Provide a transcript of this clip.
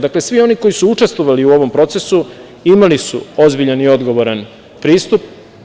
Dakle, svi oni koji su učestvovali u ovom procesu, imali su ozbiljan i odgovoran pristup.